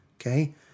okay